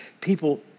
people